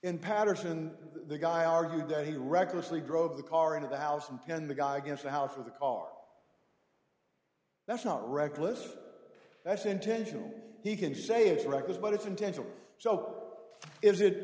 in patterson the guy argued that he recklessly drove the car into the house and ten the guy against the house with a car that's not reckless if that's intentional you can say it's reckless but it's intentional so is it